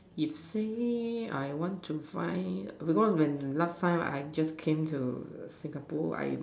if say I want to find because when last time I just came to Singapore I